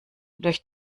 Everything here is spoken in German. durch